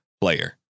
player